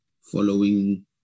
following